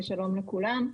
שלום לכולם.